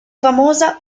famosa